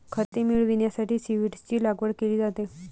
खते मिळविण्यासाठी सीव्हीड्सची लागवड केली जाते